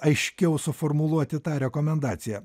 aiškiau suformuluoti tą rekomendaciją